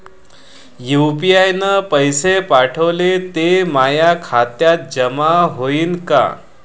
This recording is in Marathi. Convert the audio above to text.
यू.पी.आय न पैसे पाठवले, ते माया खात्यात जमा होईन का?